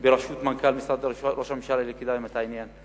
בראשות מנכ"ל משרד ראש הממשלה לקדם את העניין.